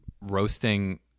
roasting